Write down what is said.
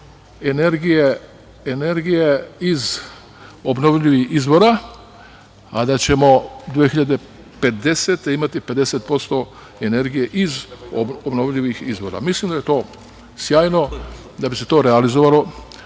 energije iz obnovljivih izvora, a da ćemo 2050. godine imati 50% energije iz obnovljivih izvora. Mislim da je to sjajno. Da bi se to realizovalo